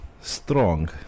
Strong